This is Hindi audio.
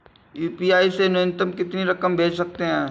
यू.पी.आई से न्यूनतम कितनी रकम भेज सकते हैं?